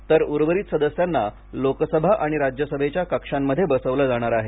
तर उर्वरित सदस्यांना लोकसभा आणि राज्यसभेच्या कक्षांमध्ये बसवलं जाणार आहे